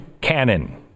Cannon